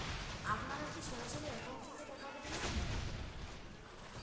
আপনারা কী সরাসরি একাউন্ট থেকে টাকা কেটে নেবেন?